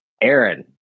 Aaron